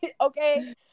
Okay